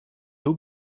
doe